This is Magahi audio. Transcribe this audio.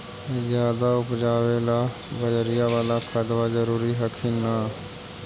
ज्यादा उपजाबे ला बजरिया बाला खदबा जरूरी हखिन न?